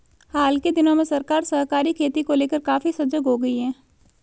हाल के दिनों में सरकार सहकारी खेती को लेकर काफी सजग हो गई है